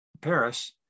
Paris